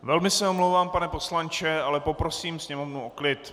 Velmi se omlouvám, pane poslanče, ale poprosím sněmovnu o klid.